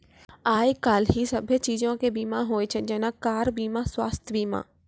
आइ काल्हि सभ्भे चीजो के बीमा होय छै जेना कार बीमा, स्वास्थ्य बीमा